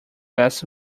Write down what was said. best